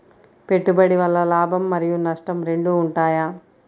పెట్టుబడి వల్ల లాభం మరియు నష్టం రెండు ఉంటాయా?